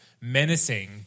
menacing